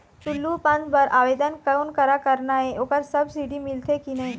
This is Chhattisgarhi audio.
टुल्लू पंप बर आवेदन कोन करा करना ये ओकर सब्सिडी मिलथे की नई?